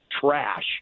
trash